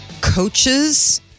coaches